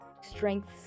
strengths